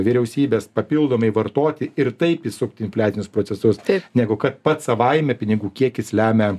vyriausybes papildomai vartoti ir taip įsukt infliacinius procesus negu kad pats savaime pinigų kiekis lemia